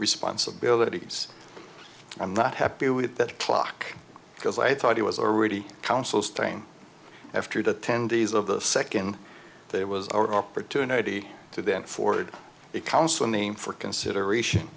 responsibilities i'm not happy with that clock because i thought he was already council's thing after the ten days of the second there was our opportunity to then forward the consul name for consideration